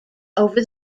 over